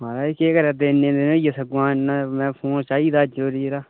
महाराज केह् करै दे इन्ने दिन होई गेआ सगोंआ मैं फोन चाहिदा जरूरी यरा